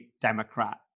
Democrat